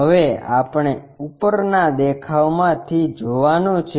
હવે આપણે ઉપરના દેખાવમાં થી જોવાનું છે